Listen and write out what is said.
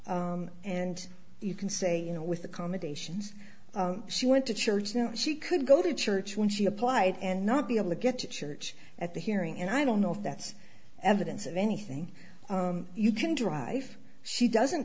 apply and you can say you know with accommodations she went to church you know she could go to church when she applied and not be able to get to church at the hearing and i don't know if that's evidence of anything you can drive she doesn't